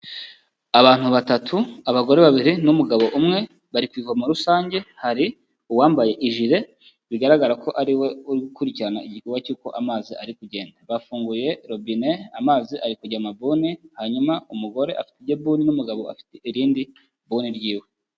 Abantu batatu, abagore babiri n'umugabo umwe bari ku ivomo rusange, hari uwambaye ijile bigaragara ko ariwe uri gukurikirana igikorwaba cy'uko amazi ari kugenda. Bafunguye robine amazi ari kujya mabuni, hanyuma umugore afite ibuni ry'iwe n'umugabo afite irindi buni ry'iwe.